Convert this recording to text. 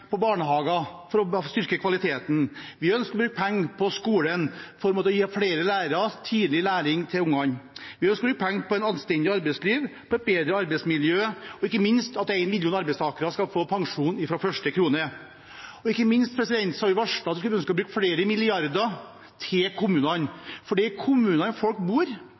på barnehager for å styrke kvaliteten. Vi ønsker å bruke penger på skolen for å få flere lærere og tidlig læring til ungene. Vi ønsker å bruke penger på et anstendig arbeidsliv, på et bedre arbeidsmiljø og ikke minst for at en million arbeidstakere skal få pensjon fra første krone. Og vi har varslet at vi ønsker å bruke flere milliarder kroner på kommunene, for det er i kommunene folk bor